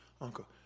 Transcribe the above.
uncle